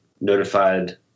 notified